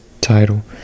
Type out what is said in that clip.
title